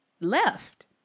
left